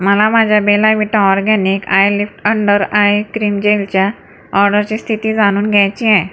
मला माझ्या Bella Vita organic eyelift under eye cream जेलच्या ऑर्डरची स्थिती जाणून घ्यायची आहे